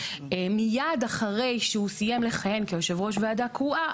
מיד אחרי שהוא סיים לכהן כיושב ראש ועדה קרואה,